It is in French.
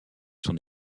son